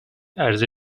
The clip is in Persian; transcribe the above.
عرضه